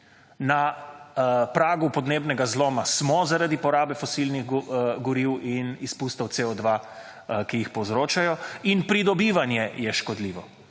na pragu podnebnega zloma smo zaradi porabe fosilnih goriv in izpustov CO2, ki jih povzročajo, in pridobivanje je škodljivo.